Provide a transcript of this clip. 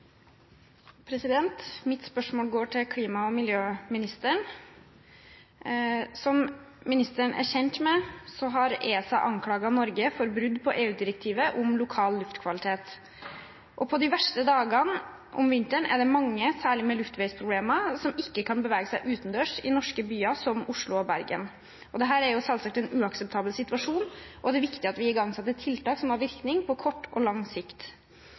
kjent med, har ESA anklaget Norge for brudd på EU-direktivet om lokal luftkvalitet. På de verste dagene om vinteren er det mange, særlig med luftveisproblemer, som ikke kan bevege seg utendørs i norske byer, som Oslo og Bergen. Dette er selvsagt en uakseptabel situasjon, og det er viktig at vi igangsetter tiltak som har virkning på kort og lang sikt.